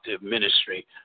ministry